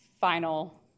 final